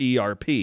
ERP